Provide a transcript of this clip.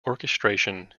orchestration